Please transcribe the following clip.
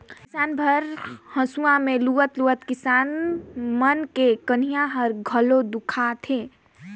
दिन भर हंसुआ में लुवत लुवत किसान मन के कनिहा ह घलो दुखा थे